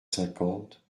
cinquante